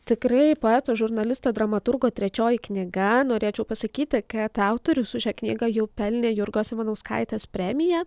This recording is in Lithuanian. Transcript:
tikrai poeto žurnalisto dramaturgo trečioji knyga norėčiau pasakyti kad autorius už šią knygą jau pelnė jurgos ivanauskaitės premiją